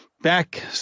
back